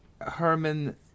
herman